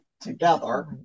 together